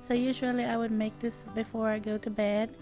so usually i would make this before i go to bed.